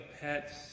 pets